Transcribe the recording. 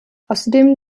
außerdem